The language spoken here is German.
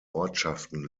ortschaften